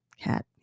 cat